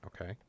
Okay